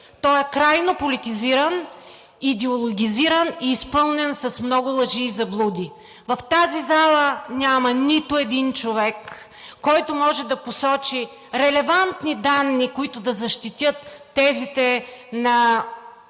той е крайно политизиран, идеологизиран и изпълнен с много лъжи и заблуди. В тази зала няма нито един човек, който може да посочи релевантни данни, които да защитят тезите на